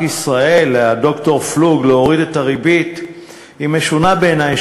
ישראל ד"ר פלוג להוריד את הריבית היא משונה בעיני,